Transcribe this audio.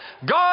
God